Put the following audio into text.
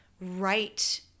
right